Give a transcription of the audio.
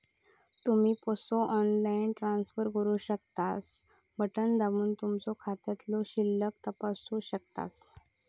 तुम्ही पसो online transfer करू शकतास, बटण दाबून तुमचो खात्यातलो शिल्लक तपासू शकतास